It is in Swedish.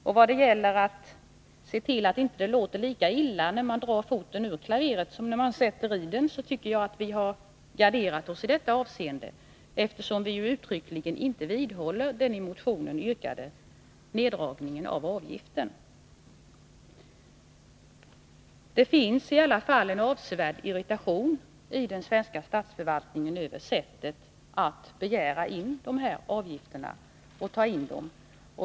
När det gäller att se till att det inte låter lika illa när man drar foten ur klaveret som när man sätter i den, tycker jag att vi har garderat oss, eftersom vi uttryckligen inte vidhåller den i motionen yrkade neddragningen av avgiften. Det finns i alla fall en avsevärd irritation i den svenska statsförvaltningen över sättet att begära in dessa avgifter.